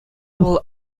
вӑл